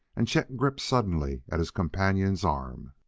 and chet gripped suddenly at his companion's arm.